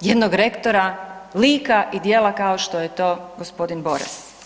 jednog rektora, lika i djela kao što je to g. Boras.